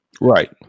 right